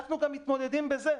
אנחנו גם מתמודדים עם זה.